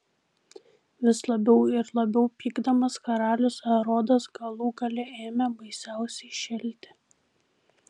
vis labiau ir labiau pykdamas karalius erodas galų gale ėmė baisiausiai šėlti